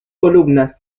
columnas